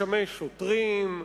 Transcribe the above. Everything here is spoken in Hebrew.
לשמש שוטרים,